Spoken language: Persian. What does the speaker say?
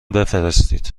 بفرستید